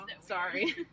Sorry